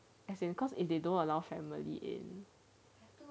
as in cause if they don't allow family in